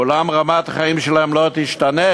אולם רמת החיים שלהם לא תשתנה